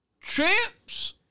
Champs